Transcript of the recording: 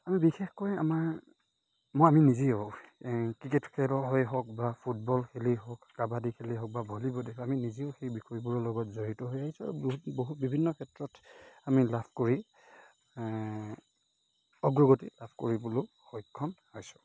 আমি বিশেষকৈ আমাৰ মই আমি নিজেয়ো ক্ৰিকেট খেলেই হওক বা ফুটবল খেলেই হওক কাবাডী খেলেই হওক বা ভলীবল আমি নিজেও সেই বিষয়বোৰৰ লগত জড়িত হৈ আহিছোঁ আৰু বহুত বহুত বিভিন্ন ক্ষেত্ৰত আমি লাভ কৰি অগ্ৰগতি লাভ কৰিবলৈ সক্ষম হৈছোঁ